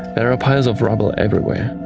there are piles of rubble everywhere.